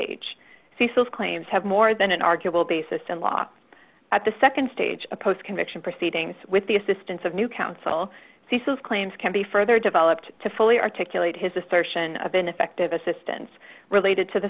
cecil's claims have more than an arguable basis in law at the nd stage of post conviction proceedings with the assistance of new counsel he says claims can be further developed to fully articulate his assertion of ineffective assistance related to the